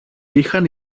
είχαν